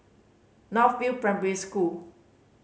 North View Primary School